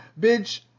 Bitch